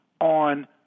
on